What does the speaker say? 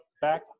back